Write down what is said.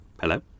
hello